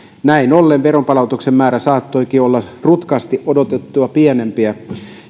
näin ollen veronpalautuksen määrä saattoikin olla rutkasti odotettua pienempi